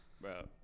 Bro